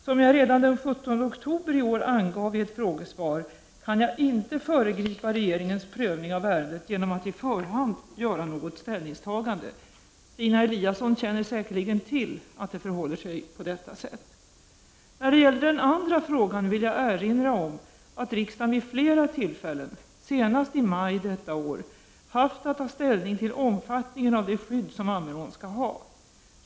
Som jag redan den 17 oktober i år angav i ett frågesvar kan jag inte föregripa regeringens prövning av ärendet genom att i förhand göra något ställningstagande. Stina Eliasson känner säkerligen till att det förhåller sig på detta sätt. När det gäller den andra frågan vill jag erinra om att riksdagen vid flera tillfällen, senast i maj detta år, haft att ta ställning till omfattningen av det skydd som Ammerån skall ha.